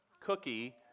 cookie